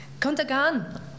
Contagan